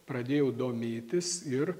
pradėjau domėtis ir